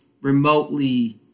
remotely